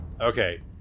Okay